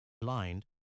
Blind